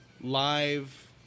live